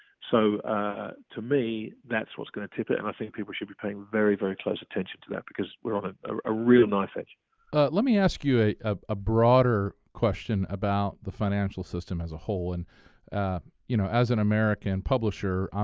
so to me, that's what's going to tip it and i think people should be paying very very close attention to that, because we're on ah a real knife edge. porter let me ask you a ah a broader question about the financial system as a whole. and you know as an american publisher,